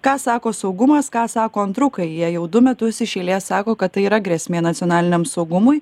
ką sako saugumas ką sako antrukai jie jau du metus iš eilės sako kad tai yra grėsmė nacionaliniam saugumui